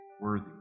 worthy